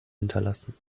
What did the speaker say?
hinterlassen